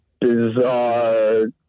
bizarre